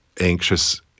anxious